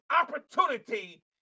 opportunity